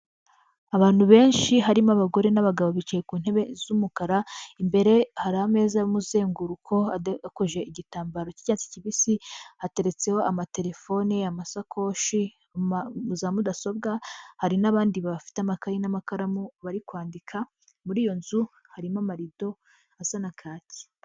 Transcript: Abantu benshi, harimo abagore n'abagabo bicaye ku ntebe z'umukara, imbere hari ameza y'umuzenguruko, adekoje igitambaro'icyatsi kibisi, hateretseho amatelefoni, amasakoshi, za mudasobwa, hari n'abandi bafite amakaye n'amakaramu bari kwandika, muri iyo nzu, harimo marido hasa na kaki.